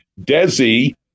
Desi